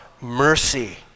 mercy